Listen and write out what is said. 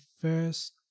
first